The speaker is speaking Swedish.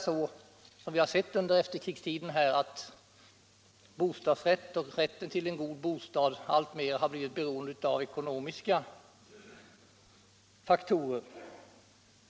Som vi har sett under efterkrigstiden har rätten till en god bostad blivit alltmer beroende av ekonomiska faktorer.